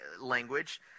language